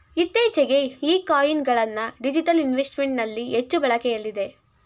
ಇತ್ತೀಚೆಗೆ ಈ ಕಾಯಿನ್ ಗಳನ್ನ ಡಿಜಿಟಲ್ ಇನ್ವೆಸ್ಟ್ಮೆಂಟ್ ನಲ್ಲಿ ಹೆಚ್ಚು ಬಳಕೆಯಲ್ಲಿದೆ